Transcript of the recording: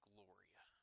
Gloria